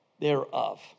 thereof